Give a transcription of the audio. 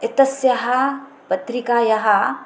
एतस्याः पत्रिकायाः